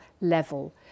level